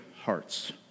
hearts